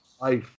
Life